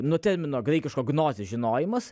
nuo termino graikiško gnos žinojimas